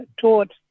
taught